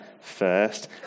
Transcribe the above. first